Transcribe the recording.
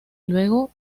luego